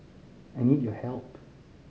I need your help